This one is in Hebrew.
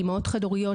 לאימהות חד הוריות,